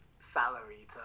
salary